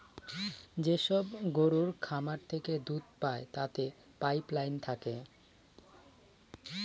যেসব গরুর খামার থেকে দুধ পায় তাতে পাইপ লাইন থাকে